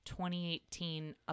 2018